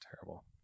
Terrible